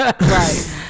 Right